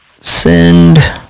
Send